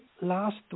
last